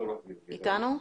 אתה אתנו?